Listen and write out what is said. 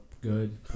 good